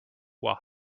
while